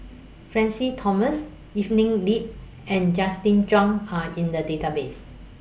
Francis Thomas Evelyn Lip and Justin Zhuang Are in The Database